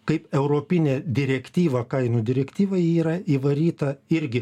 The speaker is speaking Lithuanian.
kaip europinė direktyva kainų direktyva ji yra įvaryta irgi